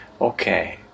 okay